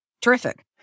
Terrific